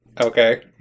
Okay